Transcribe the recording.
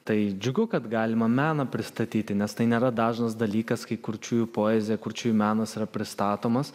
tai džiugu kad galima meną pristatyti nes tai nėra dažnas dalykas kai kurčiųjų poezija kurčiųjų menas yra pristatomas